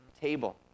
table